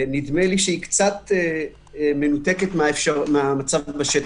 נדמה לי שהיא קצת מנותקת מן המצב בשטח.